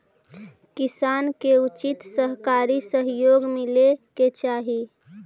किसान के उचित सहकारी सहयोग मिले के चाहि